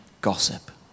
gossip